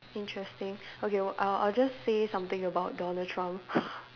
interesting okay I'll I'll just say something about Donald Trump